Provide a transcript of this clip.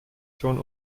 schon